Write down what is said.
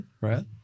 right